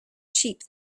sheep